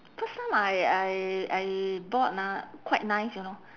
first time I I I bought ah quite nice you know